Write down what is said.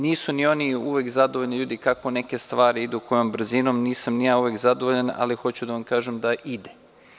Nisu ni oni uvek zadovoljni kako neke stvari idu i kojom brzinom, nisam ni ja uvek zadovoljan, ali hoću da vam kažem da ide.